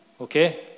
Okay